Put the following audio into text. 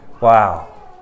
Wow